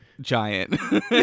giant